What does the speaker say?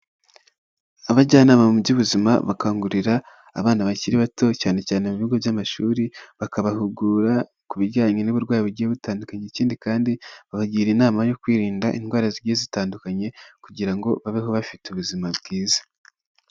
Abajyanama mu by'ubuzima bakangurira abana bakiri bato cyane cyane mu bigo by'amashuri bakabahugura ku bijyanye n'uburwayi bugiye butandukanye, ikindi kandi babagira inama yo kwirinda indwara zigiye zitandukanye kugira ngo babeho bafite ubuzima bwiza.